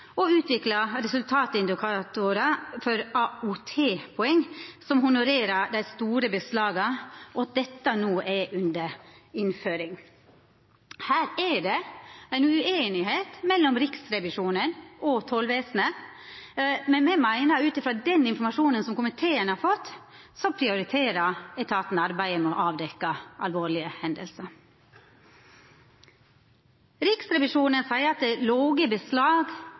og utvikla resultatindikatorar for AOT-poeng som honorerer dei store beslaga, og at dette no vert innført. Her er Riksrevisjonen og tollvesenet ueinige. Me meiner at ut frå den informasjonen som komiteen har fått, prioriterer etaten arbeidet med å avdekkja alvorlege hendingar. Riksrevisjonen seier at det er låge tal når det gjeld beslag